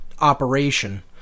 operation